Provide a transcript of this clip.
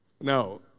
Now